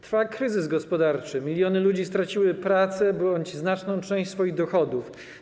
Trwa kryzys gospodarczy, miliony ludzi straciło pracę bądź znaczną część swoich dochodów.